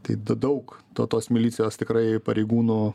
tai daug to tos milicijos tikrai pareigūnų